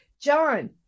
John